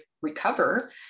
recover